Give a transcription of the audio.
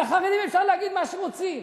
על החרדים אפשר להגיד מה שרוצים,